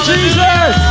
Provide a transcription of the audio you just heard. Jesus